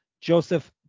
Joseph